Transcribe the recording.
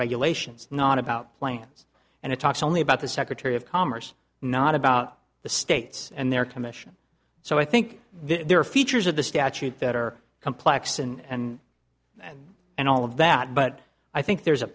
regulations not about planes and it talks only about the secretary of commerce not about the states and their commission so i think there are features of the statute that are complex and and and all of that but i think there's a